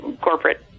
corporate